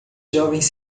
jovens